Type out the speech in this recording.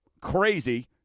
crazy